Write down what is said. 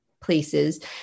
places